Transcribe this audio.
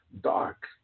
Dark